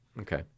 Okay